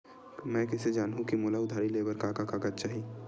मैं कइसे जानहुँ कि मोला उधारी ले बर का का कागज चाही?